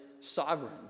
sovereign